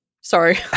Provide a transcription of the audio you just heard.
Sorry